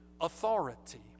authority